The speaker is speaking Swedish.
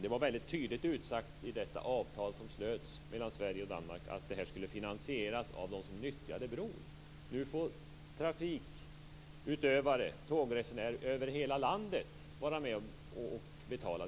Det var tydligt utsagt i det avtal om Öresundsbron som slöts mellan Sverige och Danmark att bron skulle finansieras av dem som nyttjade den. Nu får tågresenärer över hela landet vara med och betala.